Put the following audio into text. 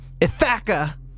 Ithaca